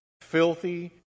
filthy